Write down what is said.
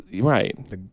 Right